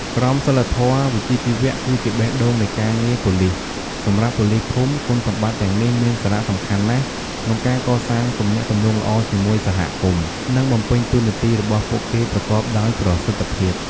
ក្រមសីលធម៌វិជ្ជាជីវៈគឺជាបេះដូងនៃការងារប៉ូលីស សម្រាប់ប៉ូលីសភូមិ គុណសម្បត្តិទាំងនេះមានសារៈសំខាន់ណាស់ក្នុងការកសាងទំនាក់ទំនងល្អជាមួយសហគមន៍ និងបំពេញតួនាទីរបស់ពួកគេប្រកបដោយប្រសិទ្ធភាព។